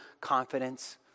confidence